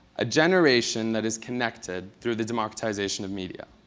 a generation that is connected through the democratization of media.